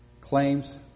claims